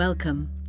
Welcome